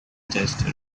test